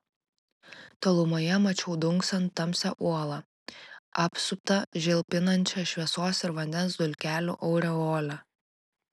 tolumoje mačiau dunksant tamsią uolą apsuptą žilpinančia šviesos ir vandens dulkelių aureole